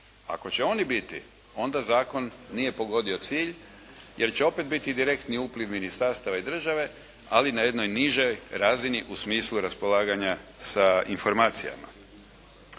Ako će oni biti, onda zakon nije pogodio cilj jer će opet biti direktni upliv ministarstava i države, ali na jednoj nižoj razini u smislu raspolaganja sa informacijama.